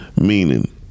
meaning